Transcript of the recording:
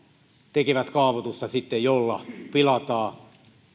tekevät kaavoitusta jolla pilataan